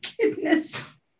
goodness